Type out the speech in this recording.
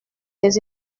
des